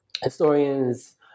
historians